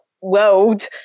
world